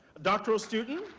doctorate student.